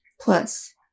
Plus